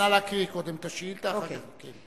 נא לקרוא קודם את השאילתא ואחר כך.